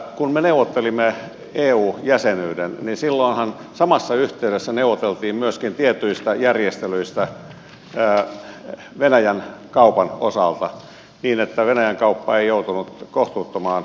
kun me neuvottelimme eu jäsenyyden niin silloinhan samassa yhteydessä neuvoteltiin myöskin tietyistä järjestelyistä venäjän kaupan osalta niin että venäjän kauppa ei joutunut kohtuuttomaan tilanteeseen